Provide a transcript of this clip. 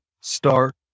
start